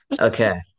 okay